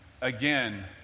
again